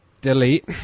delete